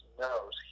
knows